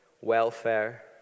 welfare